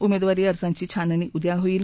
उमेदवारी अर्जाची छाननी उद्या होईल